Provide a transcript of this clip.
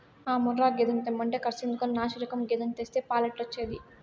ఆ ముర్రా గేదెను తెమ్మంటే కర్సెందుకని నాశిరకం గేదెను తెస్తే పాలెట్టొచ్చేది